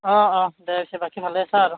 অঁ অঁ দে পিছে বাকী ভালে আছা আৰু